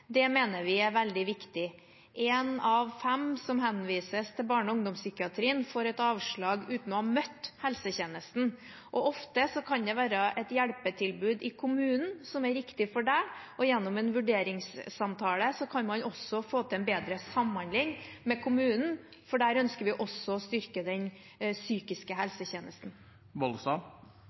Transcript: Det mener vi er veldig viktig. En av fem som henvises til barne- og ungdomspsykiatrien, får avslag uten å ha møtt helsetjenesten. Ofte kan det være et hjelpetilbud i kommunen som er riktig for deg. Gjennom en vurderingssamtale kan man også få til en bedre samhandling med kommunen, for der ønsker vi også å styrke den psykiske helsetjenesten.